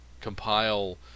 compile